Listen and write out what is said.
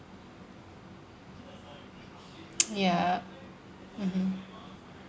yup mmhmm